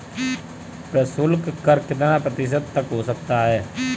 प्रशुल्क कर कितना प्रतिशत तक हो सकता है?